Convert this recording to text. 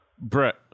Brett